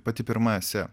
pati pirma esė